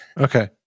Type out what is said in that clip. okay